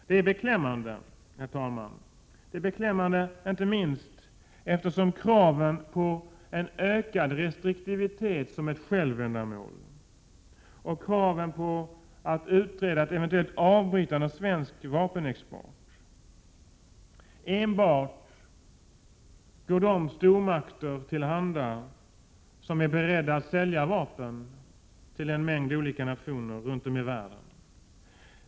Det är beklämmande, herr talman! Det är beklämmande inte minst därför att kraven på en ökad restriktivitet som ett självändamål och kraven på att utreda och eventuellt avbryta den svenska vapenexporten enbart går de stormakter till handa som är beredda att sälja vapen till en mängd olika nationer runt om i världen.